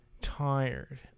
tired